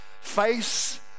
Face